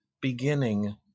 beginning